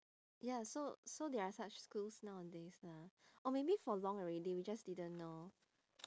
ya so so there are such school nowadays lah or maybe for long already we just didn't know